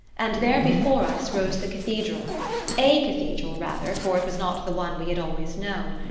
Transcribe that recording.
and there, before us, rose the cathedral a cathedral, rather, for it was not the one we had always known.